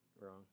wrong